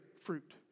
fruit